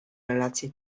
relacje